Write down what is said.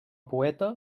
poeta